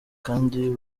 kandi